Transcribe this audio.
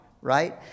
Right